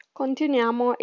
continuiamo